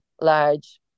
large